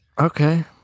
Okay